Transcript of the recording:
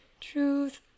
Truth